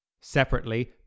Separately